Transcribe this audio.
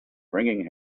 bringing